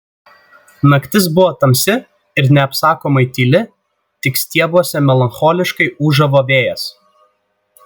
naktis buvo tamsi ir neapsakomai tyli tik stiebuose melancholiškai ūžavo vėjas